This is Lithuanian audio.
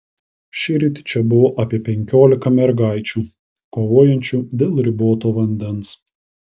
šįryt čia buvo apie penkiolika mergaičių kovojančių dėl riboto vandens